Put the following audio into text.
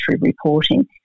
reporting